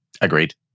Agreed